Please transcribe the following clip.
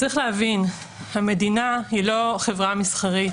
צריך להבין שהמדינה היא לא חברה מסחרית.